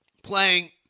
Playing